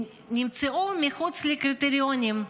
נמצאו מחוץ לקריטריונים.